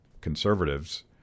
conservatives